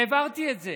העברתי את זה